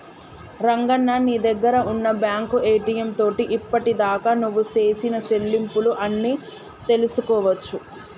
రంగన్న నీ దగ్గర ఉన్న బ్యాంకు ఏటీఎం తోటి ఇప్పటిదాకా నువ్వు సేసిన సెల్లింపులు అన్ని తెలుసుకోవచ్చు